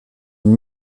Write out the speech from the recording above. une